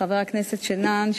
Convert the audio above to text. חבר הכנסת שנאן,